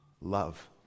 Love